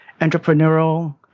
entrepreneurial